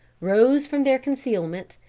rose from their concealment,